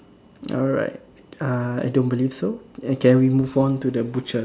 alright I don't believe so can we move on to the butchers